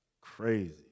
crazy